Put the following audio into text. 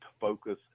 focus